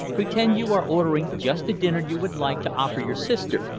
pretend you are ordering just the dinner you would like to offer your sister,